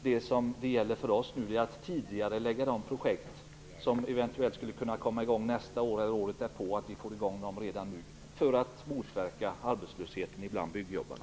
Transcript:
Nu gäller det för oss att tidigarelägga de projekt som eventuellt skulle kunna komma i gång nästa år eller året därpå, så att vi får i gång dem redan nu för att motverka arbetslösheten bland byggjobbarna.